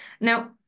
Now